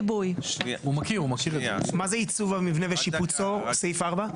מה זה "עיצוב המבנה ושיפוצו" שבסעיף 4?